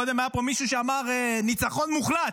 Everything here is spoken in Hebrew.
קודם היה פה מישהו שאמר ניצחון מוחלט.